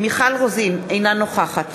מיכל רוזין, אינה נוכחת